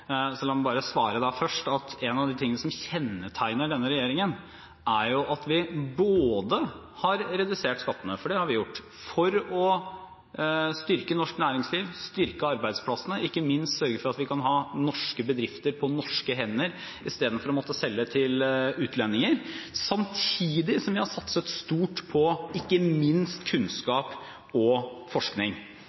La meg først svare at noe av det som kjennetegner denne regjeringen, er at vi har redusert skattene – for det har vi gjort, for å styrke norsk næringsliv, styrke arbeidsplassene og ikke minst sørge for at vi kan ha norske bedrifter på norske hender, istedenfor å måtte selge til utlendinger – samtidig som vi har satset stort på ikke minst kunnskap og forskning.